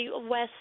West